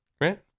right